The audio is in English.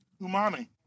Umami